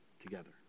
together